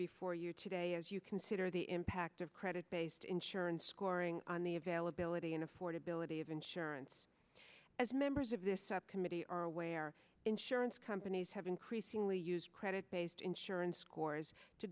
before you today as you consider the impact of credit based insurance scoring on the availability and affordability of insurance as members of this subcommittee are aware insurance companies have increasingly used credit based insurance scores to